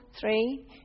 three